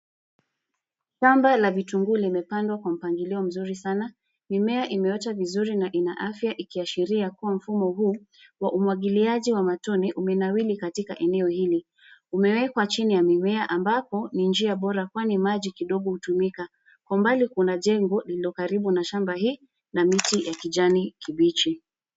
Shamba la vitunguu limepandwa kwa mpangilio mzuri sana, mimea imeota vizuri sana na ina afya ikiashiria kuwa mfumo huu, wa umwagiliaji wa matone umenawiri katika eneo hili, umewekwa chini ya mimea ambapo ni njia bora kwani maji kidogo hutumika, kwa mbali kuna jengo lilo karibu na shamba hii, na miti ya kijani kibichi.